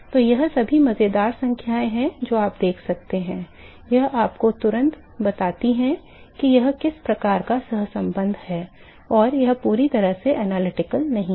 तो यह सभी मज़ेदार संख्याएँ जो आप देख सकते हैं यह आपको तुरंत बताती हैं कि यह किसी प्रकार का सहसंबंध है यह पूरी तरह से विश्लेषणात्मक नहीं है